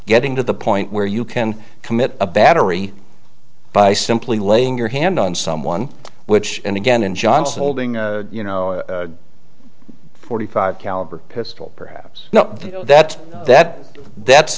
getting to the point where you can commit a battery by simply laying your hand on someone which again in johnson holding a you know forty five caliber pistol perhaps you know that that that's